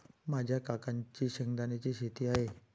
माझ्या काकांची शेंगदाण्याची शेती आहे